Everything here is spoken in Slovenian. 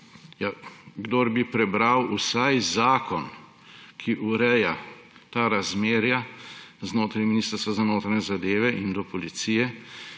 Kdor bi prebral vsaj zakon, ki ureja ta razmerja znotraj Ministrstva za notranje zadeve in Policije,